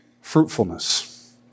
Fruitfulness